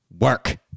work